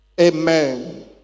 Amen